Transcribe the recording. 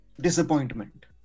disappointment